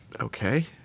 Okay